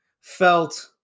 felt